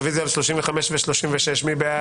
רביזיה על 29. מי בעד?